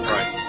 Right